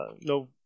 no